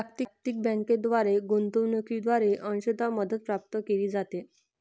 जागतिक बँकेद्वारे गुंतवणूकीद्वारे अंशतः मदत प्राप्त केली जाते